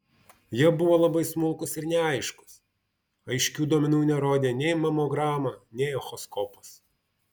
jie buvo labai smulkūs ir neaiškūs aiškių duomenų nerodė nei mamograma nei echoskopas